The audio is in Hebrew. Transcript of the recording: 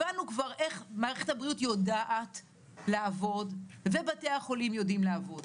הבנו כבר איך מערכת הבריאות יודעת לעבוד ובתי החולים יודעים לעבוד.